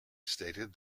stated